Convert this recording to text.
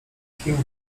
kim